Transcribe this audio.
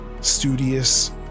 studious